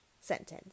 sentence